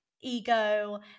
ego